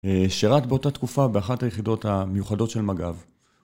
שירת באותה תקופה באחת היחידות המיוחדות של מג"ב